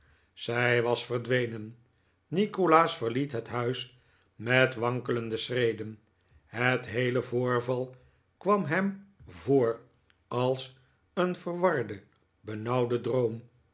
zij was verdwenen nikolaas verliet het huis met wankelende schreden het heele voorval kwam hem voor als een verwarde benauwde droom